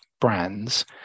brands